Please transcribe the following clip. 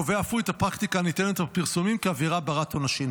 קובע אף הוא את הפרקטיקה הנטענת בפרסומים כעבירה בת עונשין.